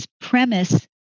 premise